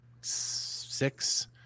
six